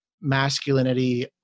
masculinity